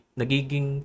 nagiging